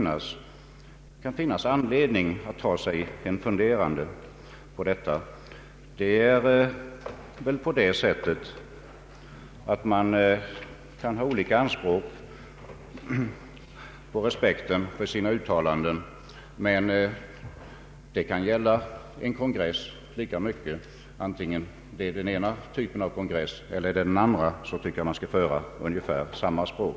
Det kan finnas anledning att ta sig en funderare över vad de innebär. Man kan självfallet ha olika anspråk på respekten för sina uttalanden, men vare sig det gäller den ena typen av kongress eller den andra tycker jag att man skall föra ungefär samma språk.